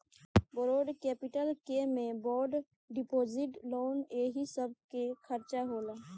borrowed capital के में bond deposit loan एही सब के चर्चा होला